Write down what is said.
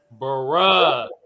Bruh